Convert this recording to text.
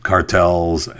cartels